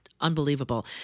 unbelievable